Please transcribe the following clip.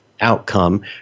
outcome